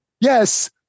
yes